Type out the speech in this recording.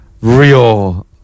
real